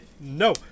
No